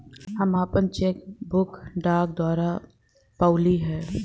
हम आपन cheque book डाक द्वारा पउली है